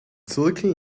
zirkel